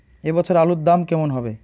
এ বছর আলুর দাম কেমন হবে?